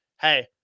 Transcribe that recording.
hey